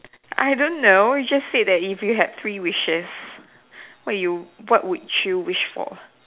I don't know it just said that if you had three wishes what would you wish for